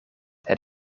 het